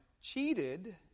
cheated